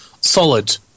solid